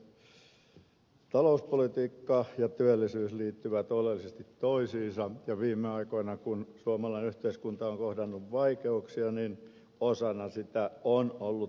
talouspolitiikka ja työllisyys liittyvät oleellisesti toisiinsa ja kun viime aikoina suomalainen yhteiskunta on kohdannut vaikeuksia niin osana sitä on ollut työmarkkinapolitiikka